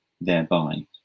thereby